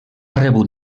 rebut